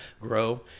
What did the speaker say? grow